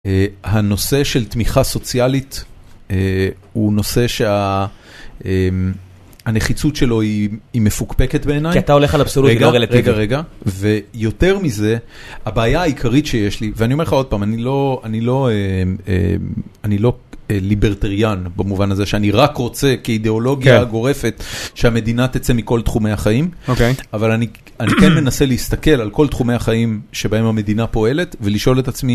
הנושא של תמיכה סוציאלית הוא נושא שהנחיצות שלו היא מפוקפקת בעיניי. כי אתה הולך על אבסולוטיות. רגע, רגע. ויותר מזה, הבעיה העיקרית שיש לי, ואני אומר לך עוד פעם, אני לא ליברטריאן במובן הזה שאני רק רוצה כאידיאולוגיה גורפת שהמדינה תצא מכל תחומי החיים, אבל אני כן מנסה להסתכל על כל תחומי החיים שבהם המדינה פועלת ולשאול את עצמי